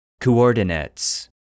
Coordinates